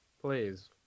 please